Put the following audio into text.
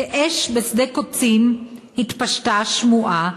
כאש בשדה קוצים התפשטה השמועה,